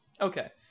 Okay